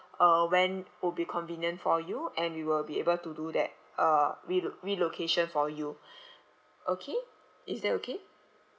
uh when will be convenient for you and we will be able to do that uh relo~ relocation for you okay is that okay